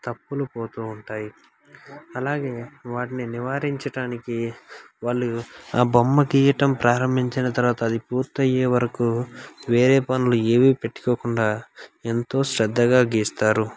తప్పులు పోతూ ఉంటాయి అలాగే వాటిని నివారించటానికి వాళ్ళు ఆ బొమ్మ గీయడం ప్రారంభించిన తర్వాత అది పూర్తయ్యే వరకు వేరే పనులు ఏమీ పెట్టుకోకుండా ఎంతో శ్రద్ధగా గీస్తారు